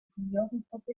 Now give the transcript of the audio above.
seniorengruppe